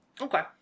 Okay